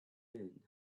men